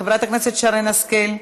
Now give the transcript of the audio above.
חברת הכנסת שרן השכל,